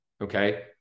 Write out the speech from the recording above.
okay